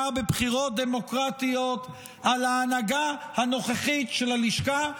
בבחירות דמוקרטיות על ההנהגה הנוכחית של הלשכה,